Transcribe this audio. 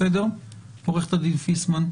בסדר, עו"ד פיסמן?